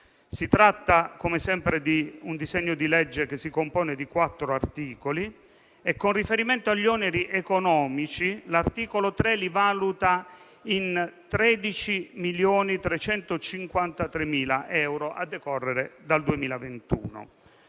Si tratta di un disegno di legge che si compone di 4 articoli e, con riferimento agli oneri economici, l'articolo 3 li valuta in 13,353 milioni a decorrere dal 2021;